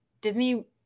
Disney